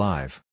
Live